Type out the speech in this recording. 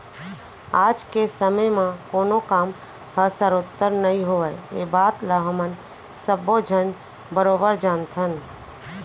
आज के समे म कोनों काम ह सरोत्तर नइ होवय ए बात ल हमन सब्बो झन बरोबर जानथन